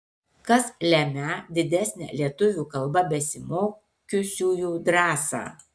kas lemią didesnę lietuvių kalba besimokiusiųjų drąsą